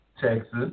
Texas